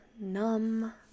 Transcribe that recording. Numb